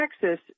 Texas